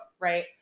right